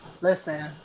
Listen